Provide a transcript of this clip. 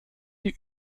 die